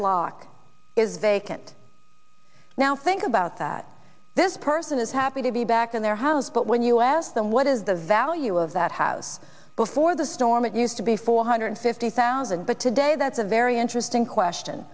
block is vacant now think about that this person is happy to be back in their house but when you ask them what is the value of that house before the storm it used to be four hundred fifty thousand but today that's a very interesting question